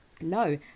No